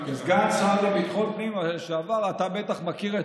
כסגן שר לביטחון פנים לשעבר אתה בטח מכיר את